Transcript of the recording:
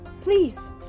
please